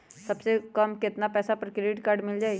सबसे कम कतना पैसा पर क्रेडिट काड मिल जाई?